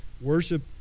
Worship